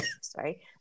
sorry